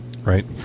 Right